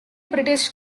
british